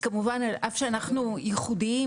אף שאנחנו ייחודיים,